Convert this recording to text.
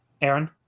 Aaron